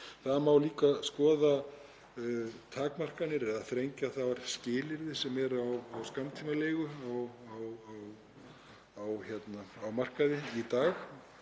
Það má líka skoða takmarkanir eða að þrengja þar skilyrði sem eru á skammtímaleigu á markaði í dag